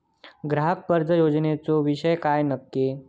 ग्राहक कर्ज योजनेचो विषय काय नक्की?